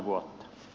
kiitoksia